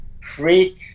freak